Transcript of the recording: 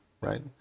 right